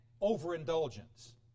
overindulgence